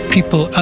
People